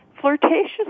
flirtatious